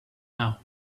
now